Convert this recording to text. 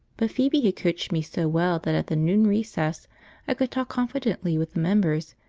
but phoebe had coached me so well that at the noon recess i could talk confidently with the members,